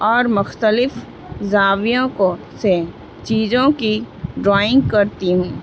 اور مختلف زاویوں کو سے چیجوں کی ڈرائنگ کرتی ہوں